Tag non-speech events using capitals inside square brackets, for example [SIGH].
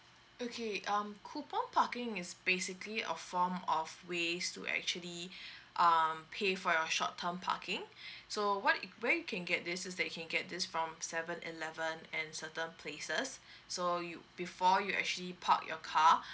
okay um coupon parking is basically a form of ways to actually [BREATH] um pay for your short term parking [BREATH] so what where you can get this is that you can get this from seven eleven and certain places so you before you actually park your car